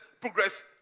progress